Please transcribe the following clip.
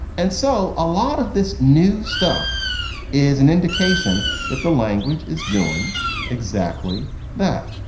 and so a lot of this new stuff is an indication that the language is doing exactly that.